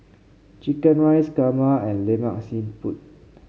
chicken rice kurma and Lemak Siput